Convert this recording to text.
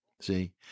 See